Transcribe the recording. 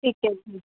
ਠੀਕ ਹੈ ਜੀ